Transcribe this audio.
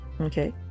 Okay